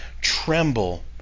tremble